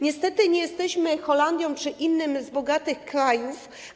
Niestety nie jesteśmy Holandią czy innym bogatym krajem.